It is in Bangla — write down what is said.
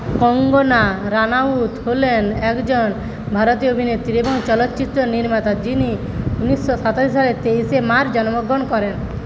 কঙ্গনা রানাউত হলেন একজন ভারতীয় অভিনেত্রী এবং চলচ্চিত্র নির্মাতা যিনি উনিশশো সাতাশি সালের তেইশে মার্চ জন্মগ্রহণ করেন